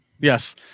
Yes